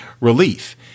relief